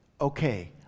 okay